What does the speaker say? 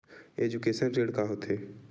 Education ऋण का होथे?